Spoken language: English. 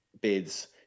bids